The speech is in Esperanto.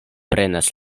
prenas